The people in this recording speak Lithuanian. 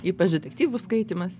ypač detektyvų skaitymas